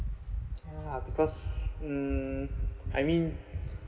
ya because mm I mean